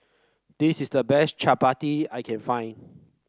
this is the best Chaat Papri I can find